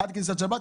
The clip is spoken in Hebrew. עד כניסת שבת,